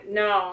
no